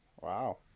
wow